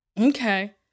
Okay